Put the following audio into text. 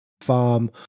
farm